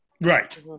right